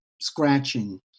scratching